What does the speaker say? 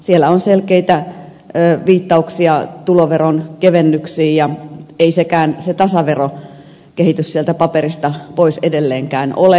siellä on selkeitä ey vihjauksia ja tuloveron kevennyksiä viittauksia tuloveronkevennyksiin eikä se tasaverokehitys sieltä paperista pois edelleenkään ole